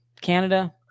Canada